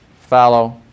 Fallow